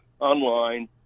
online